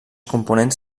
components